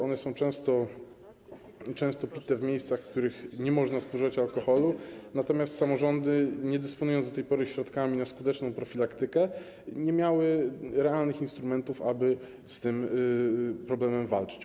One są często pite w miejscach, w których nie można spożywać alkoholu, natomiast samorządy, niedysponujące do tej pory środkami na skuteczną profilaktykę, nie miały realnych instrumentów, aby z tym problemem walczyć.